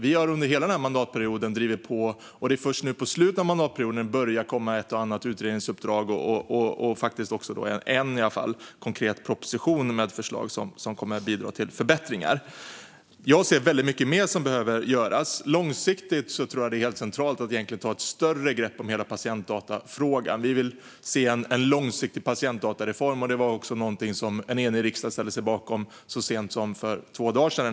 Vi har under hela denna mandatperiod drivit på, men först nu på slutet kommer det ett och annat utredningsuppdrag och en konkret proposition med förslag som kommer att bidra till förbättringar. Jag ser väldigt mycket mer som behöver göras. Långsiktigt är det helt centralt att ta ett större grepp om hela patientdatafrågan. Vi vill se en långsiktig patientdatareform, och det var också något som en enig riksdag ställde sig bakom så sent som för två dagar sedan.